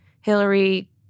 Hillary